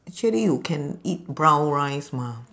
actually you can eat brown rice mah